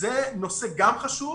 זה נושא גם חשוב,